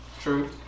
True